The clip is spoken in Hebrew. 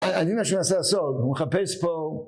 אני, מה שאני מנסה לעשות... הוא מחפש פה...